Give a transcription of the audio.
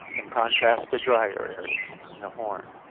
in contrast to drier areas in the horn.